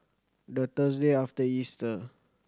the Thursday after Easter